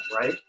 right